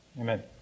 amen